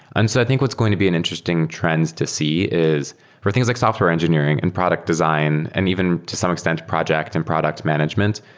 and so i think what's going to be an interesting trend to see is for things like software engineering, and product design, and even to some extent, project and product management,